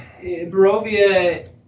Barovia